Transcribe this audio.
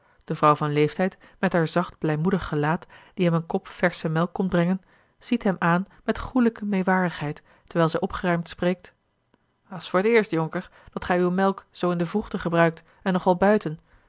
de vrouw van leeftijd met haar zacht blijmoedig gelaat die hem een kop versche melk komt brengen ziet hem aan met goêlijke meêwarigheid terwijl zij opgeruimd spreekt dat's voor t eerst jonker dat gij uwe melk zoo in de vroegte gebruikt en nog wel buiten